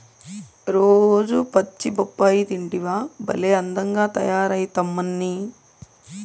రోజూ పచ్చి బొప్పాయి తింటివా భలే అందంగా తయారైతమ్మన్నీ